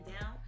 down